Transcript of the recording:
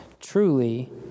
Truly